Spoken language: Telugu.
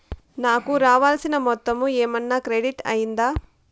నాకు రావాల్సిన మొత్తము ఏమన్నా క్రెడిట్ అయ్యిందా